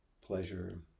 pleasure